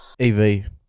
EV